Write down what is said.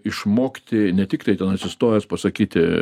išmokti ne tiktai ten atsistojęs pasakyti